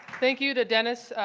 thank you to denis,